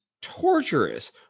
Torturous